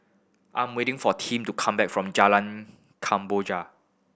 I'm waiting for Tim to come back from Jalan Kemboja